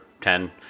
ten